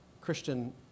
Christian